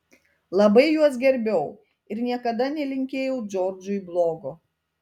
labai juos gerbiau ir niekada nelinkėjau džordžui blogo